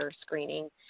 screening